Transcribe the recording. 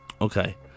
okay